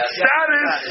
status